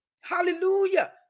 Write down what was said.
Hallelujah